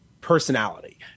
personality